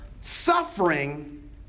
suffering